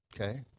okay